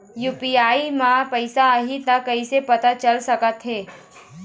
UPI म पैसा आही त कइसे पता चल सकत हे?